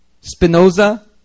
Spinoza